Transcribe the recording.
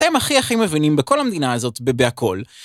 אתם הכי הכי מבינים בכל המדינה הזאת בבהכל.